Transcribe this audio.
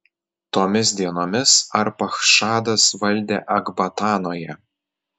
tomis dienomis arpachšadas valdė ekbatanoje